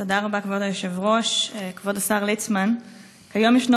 השר ליצמן ישיב